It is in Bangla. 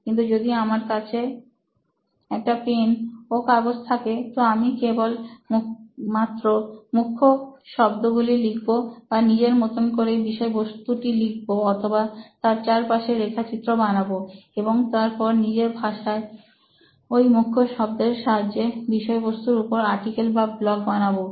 কিন্তু যদি আমার কাছে একটা পেন ও কাগজ থাকে তো আমি কেবল মাত্র মুখ্য শব্দগুলি লিখব বা নিজের মতো করে বিষয়বস্তুটি লিখবো অথবা তার চারপাশে রেখাচিত্র বানাবো এবং তারপর নিজের ভাষায় ওই মুখ্য শব্দের সাহায্যে বিষয়বস্তুর উপর আর্টিকেল বা ব্লগ বানাবো